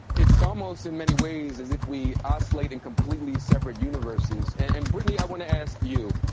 it's almost in many ways as if we oscillate in completely separate universes. and brittany i wanna ask you.